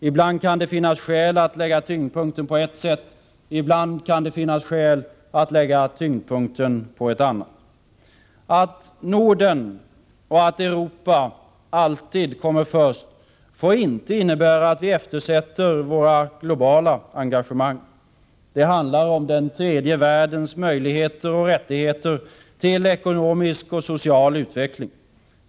Ibland kan det finnas skäl att lägga tyngdpunkten på ett sätt, ibland på ett annat. Att Norden och Europa alltid kommer först får inte innebära att vi eftersätter vårt globala engagemang. Det handlar om den tredje världens möjligheter och rättigheter till ekonomisk och social utveckling.